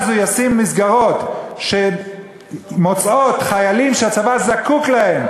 אז הוא ישים מסגרות שמוצאות שחיילים שהצבא זקוק להם,